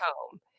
home